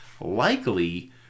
likely